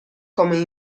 come